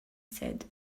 said